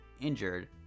injured